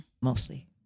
mostly